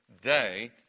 day